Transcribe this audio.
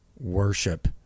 worship